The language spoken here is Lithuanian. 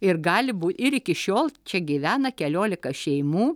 ir gali bū ir iki šiol čia gyvena keliolika šeimų